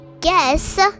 guess